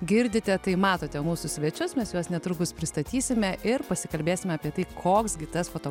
girdite tai matote mūsų svečius mes juos netrukus pristatysime ir pasikalbėsime apie tai koks gi tas foto